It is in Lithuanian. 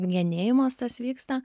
genėjimas tas vyksta